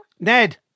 Ned